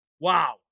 Wow